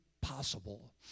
possible